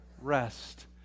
rest